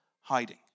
hiding